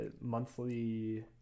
monthly